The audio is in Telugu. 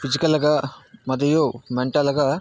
ఫిజికల్గా మరియు మెంటల్గా